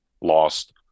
lost